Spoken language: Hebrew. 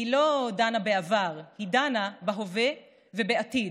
לא דנה בעבר, היא דנה בהווה ובעתיד,